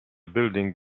building